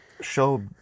show